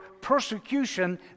persecution